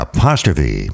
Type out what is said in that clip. Apostrophe